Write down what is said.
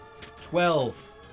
twelve